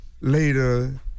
later